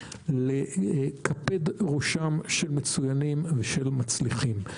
לקפד ראשם של מצוינים ושל מצליחים.